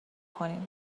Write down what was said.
کنیم